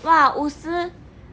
哇五十